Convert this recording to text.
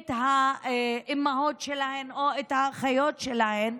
את האימהות שלהם או את האחיות שלהם,